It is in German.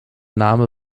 name